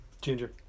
ginger